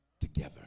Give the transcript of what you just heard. together